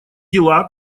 дела